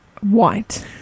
White